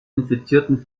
infizierten